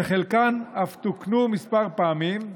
וחלקן אף תוקנו כמה פעמים.